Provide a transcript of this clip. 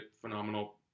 phenomenal